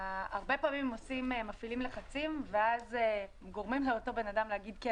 הרבה פעמים מפעילים לחצים ואז גורמים לאותו בן אדם להגיד כן,